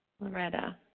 Loretta